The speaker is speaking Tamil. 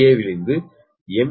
ஆல்டிலிருந்து எம்